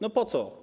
No po co?